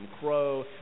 Crow